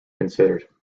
considered